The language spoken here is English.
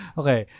okay